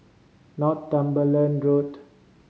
Northumberland Road